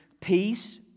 peace